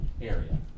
area